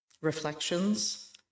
reflections